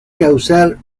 causar